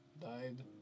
died